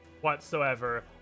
whatsoever